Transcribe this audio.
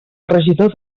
regidor